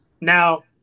Now